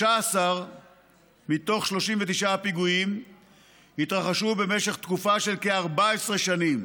13 מתוך 39 הפיגועים התרחשו במשך תקופה של כ-14 שנים,